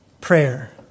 prayer